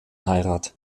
heirat